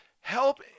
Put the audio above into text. help